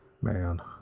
Man